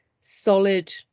solid